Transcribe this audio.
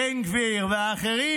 בן גביר ואחרים,